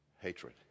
hatred